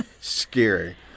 Scary